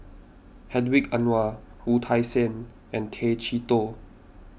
Hedwig Anuar Wu Tsai Yen and Tay Chee Toh